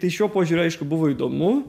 tai šiuo požiūriu aišku buvo įdomu